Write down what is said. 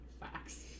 Facts